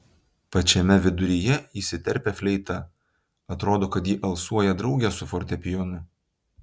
pačiame viduryje įsiterpia fleita atrodo kad ji alsuoja drauge su fortepijonu